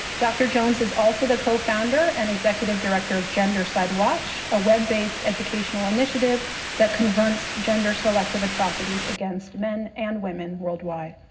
dr. jones is also the co-founder and executive director of gendercide watch, a web-based educational initiative that confronts gender-selective atrocities against men and women worldwide.